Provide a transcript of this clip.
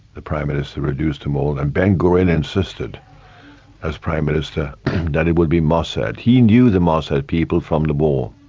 the prime minister reduced them all and and ben gurion insisted as prime minister that it would be mossad. he knew the mossad people from the war,